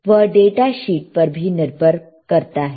वह data sheet पर भी निर्भर करता है